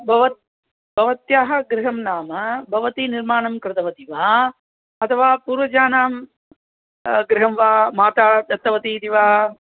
भवत् भवत्याः गृहं नाम भवती निर्माणं कृतवती वा अथवा पूर्वजानां गृहं वा माता दत्तवती इति वा